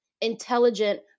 intelligent